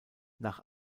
nach